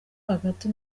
hagati